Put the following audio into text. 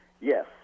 Yes